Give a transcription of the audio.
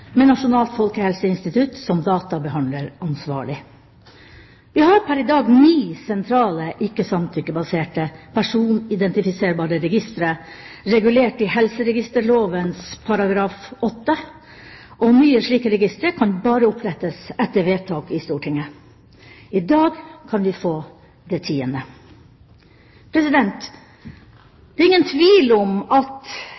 med Nasjonalt folkehelseinstitutt som databehandleransvarlig. Vi har pr. i dag ni sentrale ikke-samtykkebaserte, personidentifiserbare registre, regulert i helseregisterloven § 8, og nye slike registre kan bare opprettes etter vedtak i Stortinget. I dag kan vi få det tiende.